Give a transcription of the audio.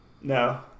No